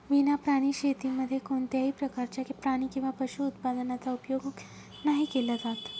विना प्राणी शेतीमध्ये कोणत्याही प्रकारच्या प्राणी किंवा पशु उत्पादनाचा उपयोग नाही केला जात